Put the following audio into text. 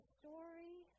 story